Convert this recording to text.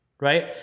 right